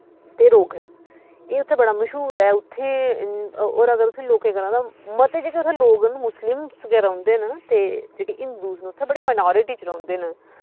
ते रोगन एह् उत्थें बड़ा मश्हूर ऐ उत्थें होर अगर उत्थें लोकें कोला ना मते जेह्के उत्थें लोक न मुस्लिमस गै रौह्ंदे न ते जेह्के हिंदुस न उत्थैं बड़ी माइनारिटीज च रौह्ंदे न